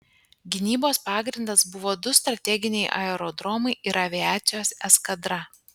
gynybos pagrindas buvo du strateginiai aerodromai ir aviacijos eskadra